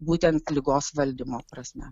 būtent ligos valdymo prasme